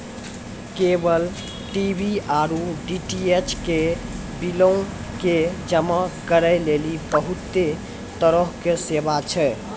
cable TV आरु DTH के बिलो के जमा करै लेली बहुते तरहो के सेवा छै